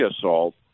assault